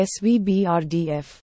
SVBRDF